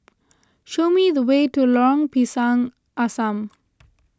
show me the way to Lorong Pisang Asam